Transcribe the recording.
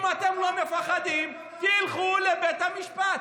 אם אתם לא מפחדים, תלכו לבית המשפט.